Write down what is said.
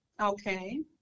Okay